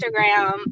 Instagram